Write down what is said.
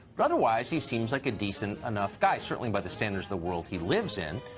but otherwise he seems like a decent enough guy certainly by the standards of the world he lives in.